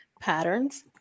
patterns